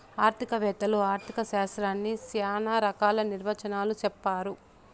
ఆర్థిక వేత్తలు ఆర్ధిక శాస్త్రాన్ని శ్యానా రకాల నిర్వచనాలు చెప్పారు